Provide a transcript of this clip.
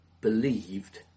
believed